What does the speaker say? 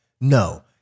no